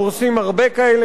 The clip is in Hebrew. הורסים הרבה כאלה,